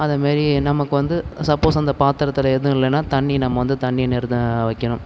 அத மேரி நமக்கு வந்து சப்போஸ் அந்த பாத்தரத்தில் எதுவும் இல்லைன்னா தண்ணி நம்ம வந்து தண்ணி நீரும் தான் வைக்கணும்